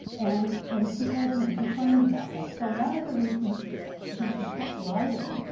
and and people complained about that. so one of the reasons when she kept writing,